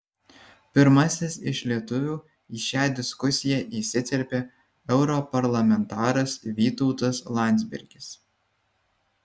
pirmasis iš lietuvių į šią diskusiją įsiterpė europarlamentaras vytautas landsbergis